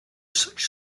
such